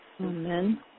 Amen